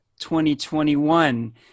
2021